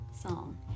song